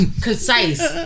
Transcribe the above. Concise